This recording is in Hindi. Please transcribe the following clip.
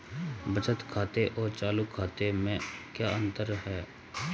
बचत खाते और चालू खाते में क्या अंतर है?